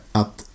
att